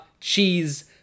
cheese